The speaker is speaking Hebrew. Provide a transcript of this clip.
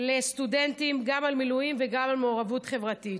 לסטודנטים גם על מילואים וגם על מעורבות חברתית.